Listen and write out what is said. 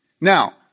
Now